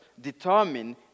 determine